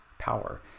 power